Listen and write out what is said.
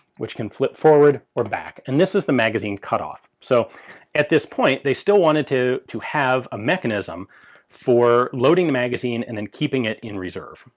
which can flip forward or back. and this is the magazine cut off. so at this point they still wanted to to have a mechanism for loading the magazine and then keeping it in reserve.